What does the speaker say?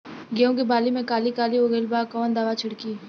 गेहूं के बाली में काली काली हो गइल बा कवन दावा छिड़कि?